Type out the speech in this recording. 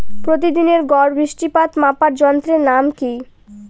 প্রতিদিনের গড় বৃষ্টিপাত মাপার যন্ত্রের নাম কি?